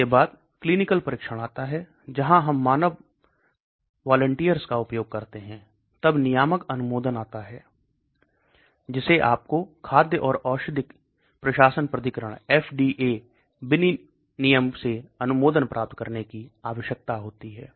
इसके बाद क्लीनिकल परीक्षण आता है जहां हम मानव वालंटियर्स का उपयोग करते हैं तब नियामक अनुमोदन आता है जिसे आपको खाद्य और औषधि प्रशासन प्राधिकरण विनियमन से अनुमोदन प्राप्त करने की आवश्यकता होती है